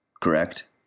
Correct